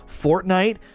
Fortnite